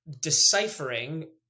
deciphering